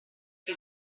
che